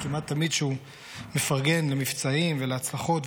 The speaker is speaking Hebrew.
כמעט תמיד כשהוא מפרגן למבצעים ולהצלחות,